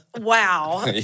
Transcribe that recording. Wow